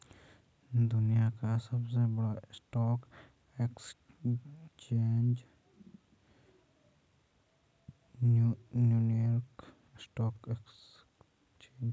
दुनिया का सबसे बड़ा stock exchange New York stock exchange है